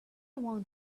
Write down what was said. want